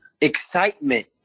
excitement